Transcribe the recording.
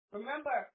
Remember